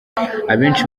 abenshi